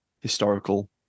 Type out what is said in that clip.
historical